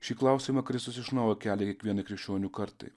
šį klausimą kristus iš naujo kelia kiekvienai krikščionių kartai